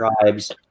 tribes